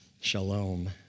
Shalom